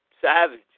Savage